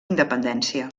independència